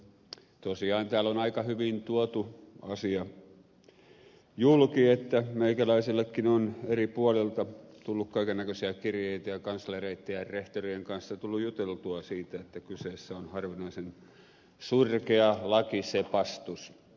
tosiaan täällä on aika hyvin tuotu se asia julki ja meikäläisellekin on eri puolilta tullut kaikennäköisiä kirjeitä ja kanslereitten ja rehtorien kanssa on tullut juteltua siitä että kyseessä on harvinaisen surkea lakisepustus